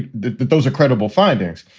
that those are credible findings.